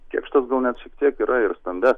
kėkštas gal net šiek tiek yra ir stambesnis